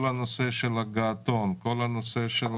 כל הנושא של הגעתון, כל הנושא של